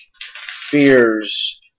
fears